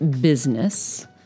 business